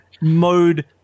mode